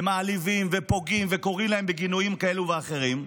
ומעליבים ופוגעים וקוראים להם בגינויים כאלה ואחרים?